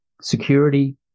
Security